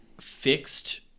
fixed